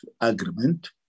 Agreement